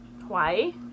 Hawaii